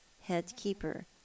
head-keeper